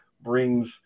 brings